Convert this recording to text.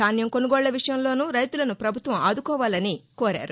ధాన్యం కొనుగోళ్ల విషయంలోనూ రైతులను ప్రభుత్వం ఆదుకోవాలని కోరారు